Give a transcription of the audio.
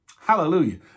Hallelujah